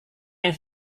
yang